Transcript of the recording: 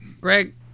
Greg